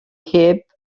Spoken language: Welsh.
heb